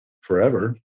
forever